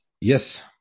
Yes